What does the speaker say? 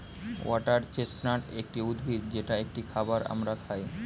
water chestnut একটি উদ্ভিদ যেটা একটি খাবার আমরা খাই